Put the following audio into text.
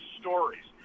stories